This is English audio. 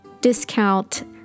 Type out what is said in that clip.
discount